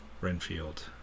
Renfield